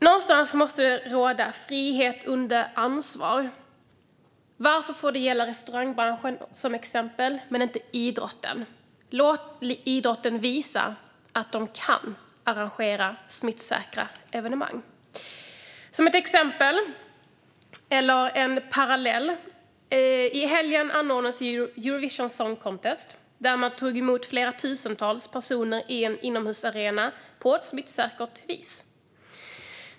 Någonstans måste det råda frihet under ansvar. Varför får detta gälla i exempelvis restaurangbranschen men inte i idrotten? Låt idrotten visa att man kan arrangera smittsäkra evenemang! Till exempel - eller som en parallell - anordnades i helgen Eurovision Song Contest, där man tog emot tusentals personer i en inomhusarena på ett smittsäkert vis.